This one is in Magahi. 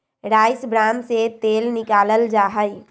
राइस ब्रान से तेल निकाल्ल जाहई